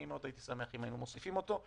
מאוד הייתי שמח אם היינו מוסיפים אותו,